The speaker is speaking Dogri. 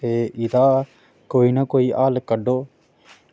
ते एह्दा कोई ना कोई हल्ल कड्ढो